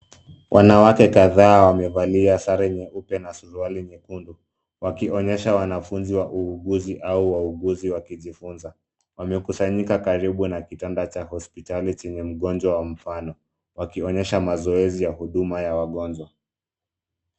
Wanawake kadhaa wamevalia sare nyeupe na suruali nyekundu wakionyesha wanafunzi wa uuguzi au wahuguzi wakijifunza. Wamekusanyika karibu na kitanda cha hospitali chenye mgonjwa wa mfano wakionyesha mazoezi ya huduma ya wagonjwa.